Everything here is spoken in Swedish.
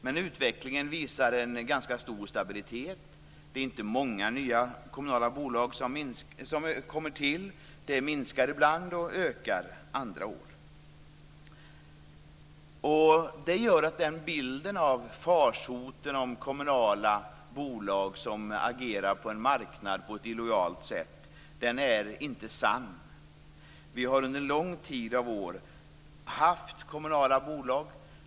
Men utvecklingen visar en ganska stor stabilitet. Det är inte många nya kommunala bolag som kommer till; de minskar ibland och ökar andra år. Det gör att bilden av en farsot, där kommunala bolag skulle agera på en marknad på ett illojalt sätt, inte är sann. Vi har under en lång följd av år haft kommunala bolag.